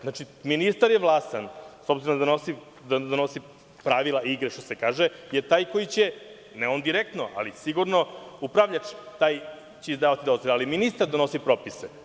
Znači, ministar je vlastan, s obzirom da donosi pravila igre, kako se kaže, on je taj, ne direktno, ali sigurno upravljač taj će izdavati dozvole, ali ministar donosi propise.